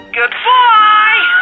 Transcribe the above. goodbye